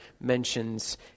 mentions